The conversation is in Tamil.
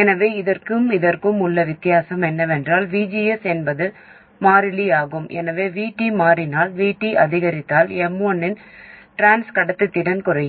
எனவே இதற்கும் இதற்கும் உள்ள வித்தியாசம் என்னவென்றால் VGS என்பது மாறிலி ஆகும் எனவே VT மாறினால் VT அதிகரித்தால் M1 இன் டிரான்ஸ் கடத்துத்திறன் குறையும்